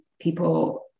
people